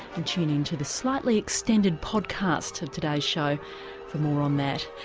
and tune in to the slightly extended podcast today's show for more on that,